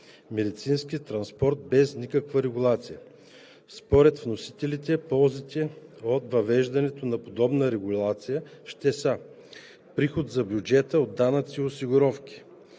медицински транспорт без никаква регулация. Според вносителите ползите от въвеждането на подобна регулация ще са: - приход за бюджета от данъци и осигуровки;